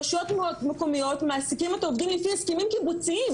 רשויות מקומיות מעסיקים את העובדים לפי הסכמים קיבוציים,